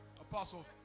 Apostle